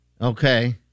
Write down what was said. Okay